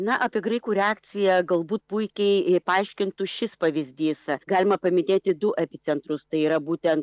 na apie graikų reakciją galbūt puikiai paaiškintų šis pavyzdys galima paminėti du epicentrus tai yra būtent